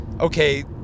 okay